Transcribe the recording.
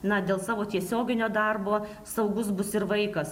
na dėl savo tiesioginio darbo saugus bus ir vaikas